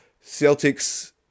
Celtic's